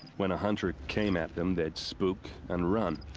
when a hunter. came at them, they'd spook. and run.